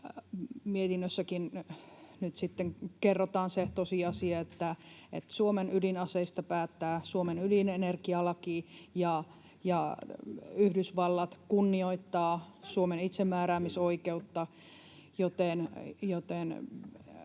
mietinnössäkin nyt sitten kerrotaan se tosiasia, että Suomen ydinaseista päättää Suomen ydinenergialaki ja Yhdysvallat kunnioittaa Suomen itsemääräämisoikeutta, joten